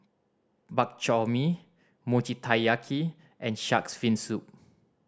Bak Chor Mee Mochi Taiyaki and Shark's Fin Soup